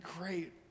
great